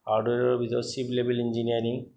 হাৰ্ডৱেৰৰ ভিতৰত C level engineering